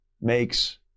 makes